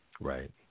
Right